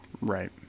Right